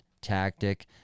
tactic